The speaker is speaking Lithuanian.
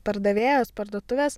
pardavėjos parduotuvės